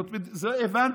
את זה הבנתי,